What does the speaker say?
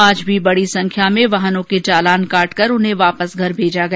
आज भी बड़ी संख्या में वाहनों के चालान काटकर उन्हें वापिस घर भेजा गया